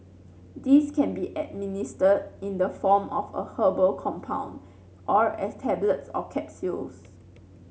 these can be administered in the form of a herbal compound or as tablets or capsules